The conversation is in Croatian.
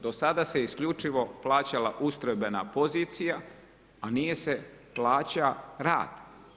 Do sada se isključivo plaćala ustrojbena pozicija, a nije se plaćao rad.